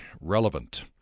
relevant